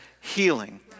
healing